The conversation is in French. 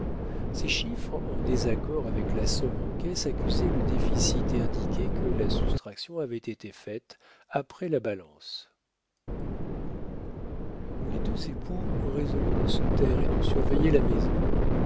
ses chiffres en désaccord avec la somme en caisse accusaient le déficit et indiquaient que la soustraction avait été faite après la balance les deux époux résolurent de se taire et de surveiller la maison